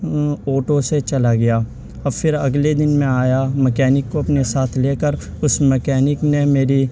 auto سے چلا گیا اور پھر اگلے دن میں آیا مکینک کو اپنے ساتھ لے کر اس مکینک نے میری